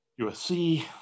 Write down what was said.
USC